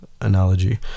analogy